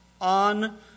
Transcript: on